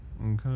Okay